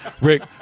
Rick